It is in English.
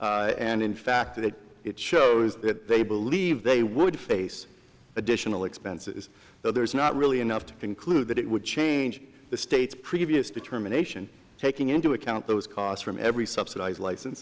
to and in fact that it shows that they believe they would face additional expenses so there's not really enough to conclude that it would change the state's previous determination taking into account those costs from every subsidise license